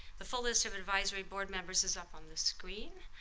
the full list of advisory board members is up on the screen,